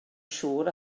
siŵr